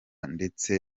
ndetse